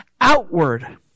outward